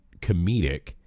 comedic